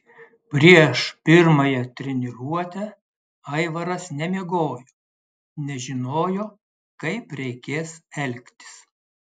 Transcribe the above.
prieš pirmąją treniruotę aivaras nemiegojo nežinojo kaip reikės elgtis